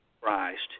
Christ